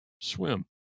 Swim